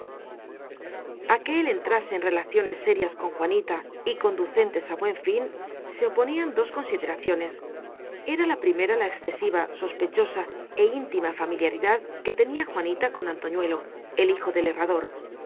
él entrase en relaciones serias con juanita y conducentes á la buena fin se oponían dos con sideraciones era la primera la excesiva sospechosa é íntima familiaridad que tenía juanita con antoñuelo el hijo del herrador